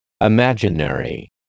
imaginary